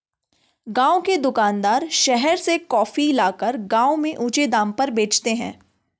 गांव के दुकानदार शहर से कॉफी लाकर गांव में ऊंचे दाम में बेचते हैं